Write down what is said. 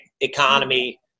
economy